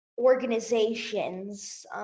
organizations